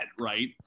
right